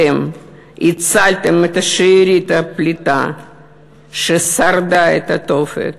אתם הצלתם את שארית הפליטה ששרדה את התופת.